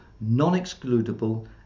non-excludable